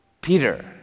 Peter